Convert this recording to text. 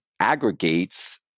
Aggregates